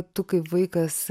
tu kaip vaikas